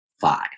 five